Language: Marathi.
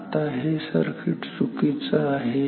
आता हे सर्किट चुकीचं आहे